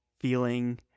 feeling